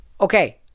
Okay